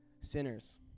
sinners